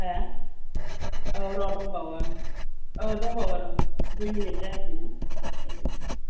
हो औ र' दंबावो औ दंबावो र' दुइ मिनिट जायाखैना